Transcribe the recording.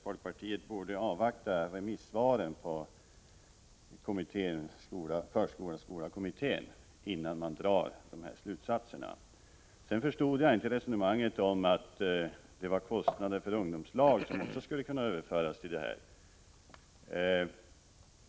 Folkpartiet borde nog avvakta remissvaren på förskola-skola-kommittén innan man drar den slutsatsen. Sedan förstod jag inte resonemanget om att kostnader för ungdomsplatser också skulle kunna överföras till grundskolan.